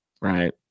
right